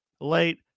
late